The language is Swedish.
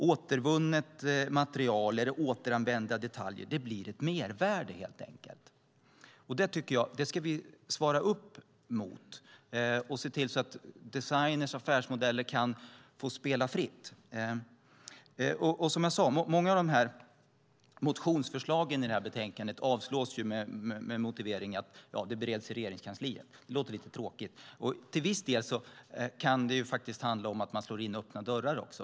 Återvunnet material eller återanvända detaljer får helt enkelt ett mervärde. Vi ska svara upp mot det och se till att designer och affärsmodeller kan få spela fritt. Många av motionsförslagen i betänkandet avslås med motiveringen att det bereds i Regeringskansliet. Det låter lite tråkigt. Till viss del kan det faktiskt också handla om att man slår in öppna dörrar.